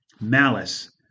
malice